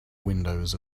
windows